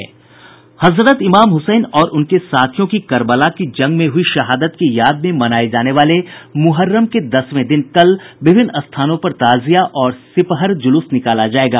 हजरत Imam Hussain और उनके साथियों की करबला की जंग में हुई शहादत की याद में मनाये जाने वाले मुहर्रम के दसवें दिन कल विभिन्न स्थानों पर ताज़िया और सिपहर ज़ुलूस निकाला जायेगा